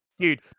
Dude